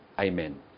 Amen